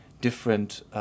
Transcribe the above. different